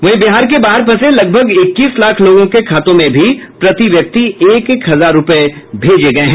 वहीं बिहार के बाहर फंसे लगभग इक्कीस लाख लोगों के खाते में प्रतिव्यक्ति एक हजार रूपये दिये गये हैं